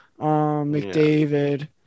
mcdavid